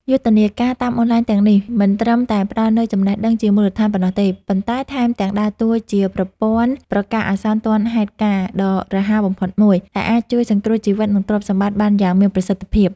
យុទ្ធនាការតាមអនឡាញទាំងនេះ មិនត្រឹមតែផ្ដល់នូវចំណេះដឹងជាមូលដ្ឋានប៉ុណ្ណោះទេ ប៉ុន្តែថែមទាំងដើរតួជាប្រព័ន្ធប្រកាសអាសន្នទាន់ហេតុការណ៍ ដ៏រហ័សបំផុតមួយ ដែលអាចជួយសង្គ្រោះជីវិត និងទ្រព្យសម្បត្តិបានយ៉ាងមានប្រសិទ្ធភាព។